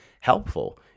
helpful